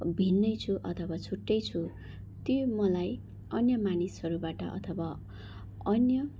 भिन्नै छु अथवा छुट्टै छु त्यो मलाई अन्य मानिसहरूबाट अथवा अन्य